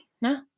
no